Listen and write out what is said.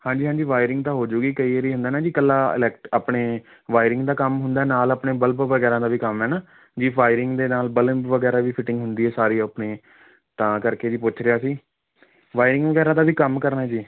ਹਾਂਜੀ ਹਾਂਜੀ ਵਾਇਰਿੰਗ ਤਾਂ ਹੋ ਜਾਵੇਗੀ ਕਈ ਵਾਰੀ ਹੁੰਦਾ ਨਾ ਜੀ ਇਕੱਲਾ ਇਲੈਕ ਆਪਣੇ ਵਾਇਰਿੰਗ ਦਾ ਕੰਮ ਹੁੰਦਾ ਨਾਲ ਆਪਣੇ ਬਲਬ ਵਗੈਰਾ ਦਾ ਵੀ ਕੰਮ ਹੈ ਨਾ ਵੀ ਵਾਇਰਿੰਗ ਦੇ ਨਾਲ ਬੱਲਬ ਵਗੈਰਾ ਵੀ ਫਿਟਿੰਗ ਹੁੰਦੀ ਹੈ ਸਾਰੀ ਆਪਣੇ ਤਾਂ ਕਰਕੇ ਜੀ ਪੁੱਛਦੇ ਹਾਂ ਅਸੀਂ ਵਾਇਰਿੰਗ ਵਗੈਰਾ ਦਾ ਵੀ ਕੰਮ ਕਰਨਾ ਜੀ